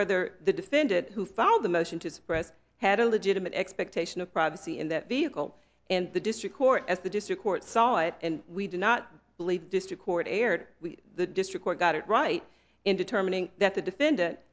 whether the defendant who filed the motion to suppress had a legitimate expectation of privacy in that vehicle and the district court as the district court saw it and we do not believe the district court erred the district court got it right in determining that the defendant